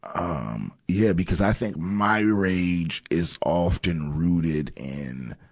um yeah, because i think my rage is often rooted in,